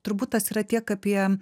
turbūt tas yra tiek apie